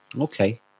Okay